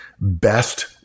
best